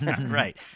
Right